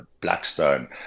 Blackstone